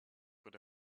would